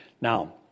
Now